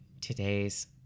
today's